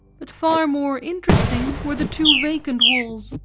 but far more interesting were the two vacant walls,